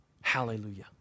Hallelujah